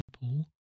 people